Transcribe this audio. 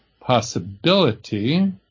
possibility